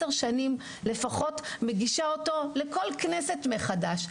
שנים לפחות מגישה אותו לכל כנסת מחדש.